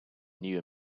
new